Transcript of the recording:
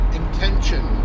intention